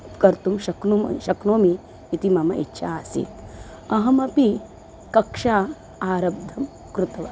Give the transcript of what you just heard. कर्तुं शक्नुमः शक्नोमि इति मम इच्छा आसीत् अहमपि कक्षाम् आरम्भं कृतवान्